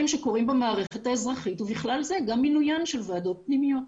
שקורים במערכת האזרחית ובכלל זה גם מינוי של ועדות פנימיות.